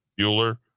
Bueller